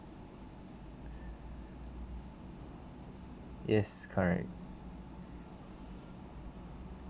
yes correct